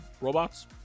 robots